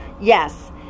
Yes